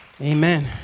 Amen